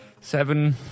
seven